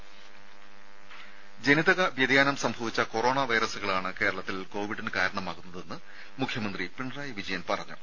രുമ ജനിതക വ്യതിയാനം സംഭവിച്ച കൊറോണ വൈറസുകളാണ് കേരളത്തിൽ കോവിഡിന് കാരണമാകുന്നതെന്ന് മുഖ്യമന്ത്രി പിണറായി വിജയൻ പറഞ്ഞു